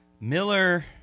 Miller